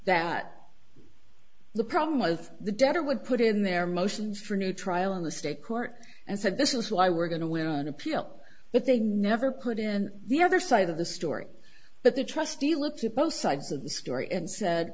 that the problem was the debtor would put in their motions for a new trial in the state court and said this is why we're going to win on appeal but they never put in the other side of the story but the trustee looked at both sides of the story and said